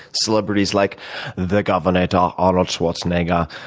celebrities like the governator, arnold schwarzenegger,